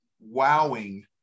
wowing